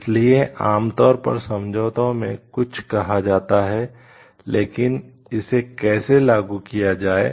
इसलिए आमतौर पर समझौते में कुछ कहा जाता है लेकिन इसे कैसे लागू किया जाए